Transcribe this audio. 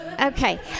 Okay